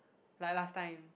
like last time